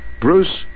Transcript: Bruce